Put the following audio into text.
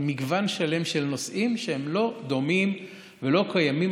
מגוון שלם של נושאים שהם לא דומים ולא קיימים,